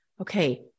okay